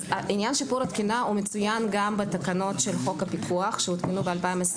עניין שיפור התקינה הוא מצוין גם בתקנות של חוק הפיקוח שהותקנו ב-2021,